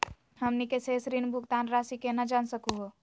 हमनी के शेष ऋण भुगतान रासी केना जान सकू हो?